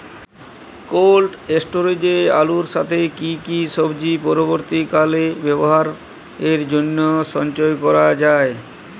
Cold স্টোরেজে আলুর সাথে কি কি সবজি পরবর্তীকালে ব্যবহারের জন্য সঞ্চয় করা যায়?